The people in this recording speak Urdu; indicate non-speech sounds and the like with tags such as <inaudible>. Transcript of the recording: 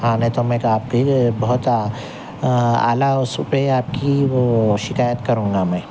نہیں تو میں تو آپ کی بہت اعلیٰ اور <unintelligible> آپ کی وہ شکایت کروں گا میں